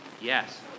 Yes